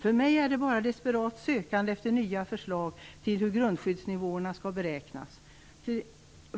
För mig är det bara desperat sökande efter nya förslag till hur grundskyddsnivåerna skall beräknas.